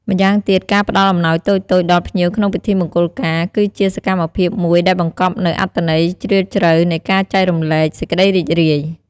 ម៉្យាងទៀត ការផ្តល់អំណោយតូចៗដល់ភ្ញៀវក្នុងពិធីមង្គលការ គឺជាសកម្មភាពមួយដែលបង្កប់នូវអត្ថន័យជ្រាលជ្រៅនៃការចែករំលែកសេចក្តីរីករាយ។